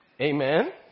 Amen